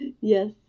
Yes